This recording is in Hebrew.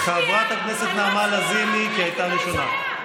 חברת הכנסת נעמה לזימי, קריאה ראשונה.